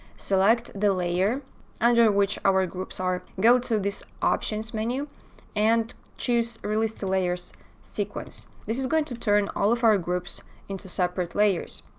select the layer under which our groups are. go to this options menu and choose release the layers sequence. this is going to turn all of our groups into separate layers.